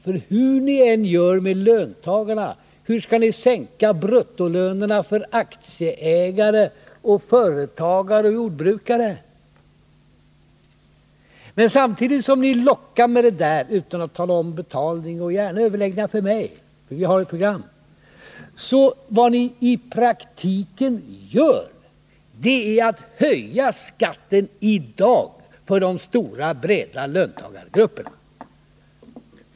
För vad ni än gör mot löntagarna kvarstår frågan hur ni skall sänka bruttolönerna för aktieägare, företagare och jordbrukare. Vill ni alltså ha överläggningar — så gärna för mig: vi har ett program att hänvisa till. Men vad ni i praktiken gör samtidigt som ni lockar med olika saker, utan att nämna något om betalningen, är att ni höjer skatten i dag för de breda löntagargrupperna.